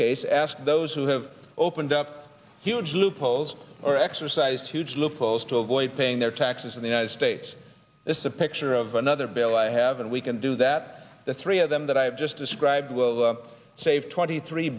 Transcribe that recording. case ask those who have opened up huge loopholes or exercised huge loophole to avoid paying their taxes in the united states there's a picture of another bill i have and we can do that the three of them that i've just described will save twenty three